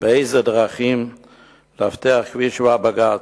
באילו דרכים לאבטח כביש הוא הבג"ץ.